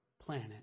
planet